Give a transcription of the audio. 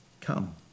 come